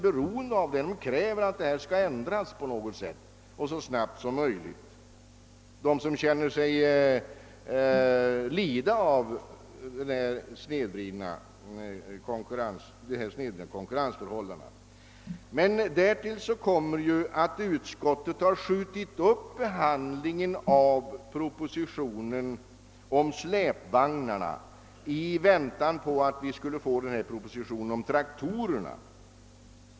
De kräver att bestämmelserna ändras så snabbt som möjligt, ty de lider av de snedvridna konkurrensförhållandena, Därtill kommer att utskottet har skjutit upp behandlingen av propositionen om släpvagnsbeskattningen i väntan på propositionen om traktorerna.